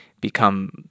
become